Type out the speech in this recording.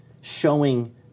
showing